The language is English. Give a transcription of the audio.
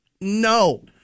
No